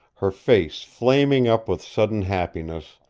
her face flaming up with sudden happiness,